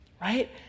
right